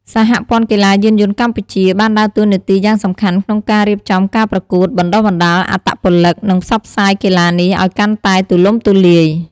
សហព័ន្ធកីឡាយានយន្តកម្ពុជា បានដើរតួនាទីយ៉ាងសំខាន់ក្នុងការរៀបចំការប្រកួត បណ្តុះបណ្តាលអត្តពលិក និងផ្សព្វផ្សាយកីឡានេះឲ្យកាន់តែទូលំទូលាយ។